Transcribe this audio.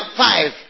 five